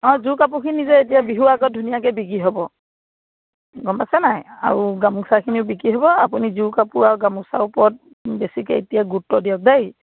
অঁ যোৰ কাপোৰখিনি যে এতিয়া বিহুৰ আগত ধুনীয়াকে বিক্ৰী হ'ব গম পাইছে নাই আৰু গামোচাখিনিও বিক্ৰী হ'ব আপুনি যোৰ কাপোৰ আৰু গামোচাৰ ওপৰত বেছিকে এতিয়া গুৰুত্ব দিয়ক দেই